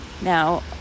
now